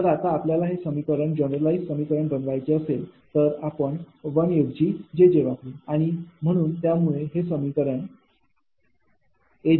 जर आता आपल्याला हे समीकरण जनरलाईझ समीकरण बनवायचे असेल तर आपण 1 ऐवजी jj वापरू आणि म्हणून त्यामुळे हे समीकरण A2 −